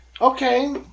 Okay